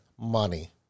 money